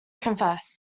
confessed